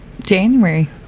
January